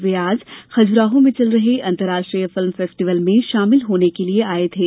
वे आज खजुराहो में चल रहे अंतर्राष्ट्रीय फिल्म फेस्टिवल में शामिल होने के लिए आये थे